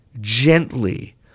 gently